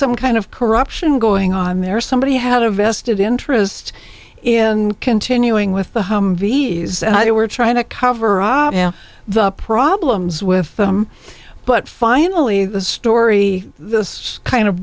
some kind of corruption going on there somebody had a vested interest in continuing with the humvees and they were trying to cover up the problems with them but finally the story this kind of